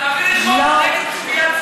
אז תעבירי חוק נגד צביעת